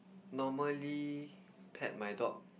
normally pet my dog